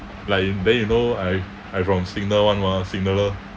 like y~ then you know I I from signal [one] mah signaller